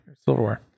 silverware